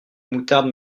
moutarde